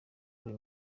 kuri